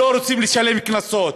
לא רוצים לשלם קנסות,